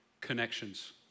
connections